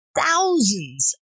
thousands